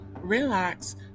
relax